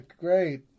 great